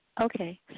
Okay